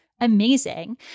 amazing